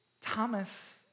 Thomas